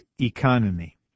economy